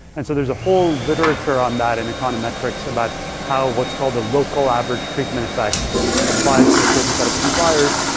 and so there's a whole literature on that in econometrics about how what's called the local average treatment effect applies to a certain set of compliers.